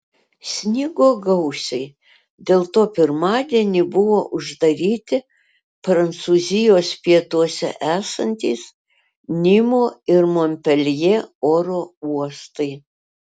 snigo gausiai dėl to pirmadienį buvo uždaryti prancūzijos pietuose esantys nimo ir monpeljė oro uostai